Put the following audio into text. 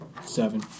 Seven